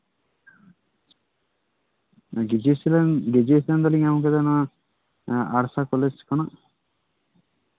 graduation graduation ᱫᱚᱞᱤᱧ ᱮᱢ ᱠᱟᱫᱟ ᱱᱚᱣᱟ ᱟᱨᱥᱟ ᱠᱚᱞᱮᱡᱽ ᱠᱷᱚᱱᱟᱜ